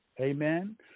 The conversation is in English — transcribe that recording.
Amen